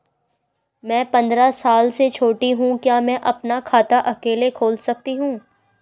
मैं पंद्रह साल से छोटी हूँ क्या मैं अपना खाता अकेला खोल सकती हूँ?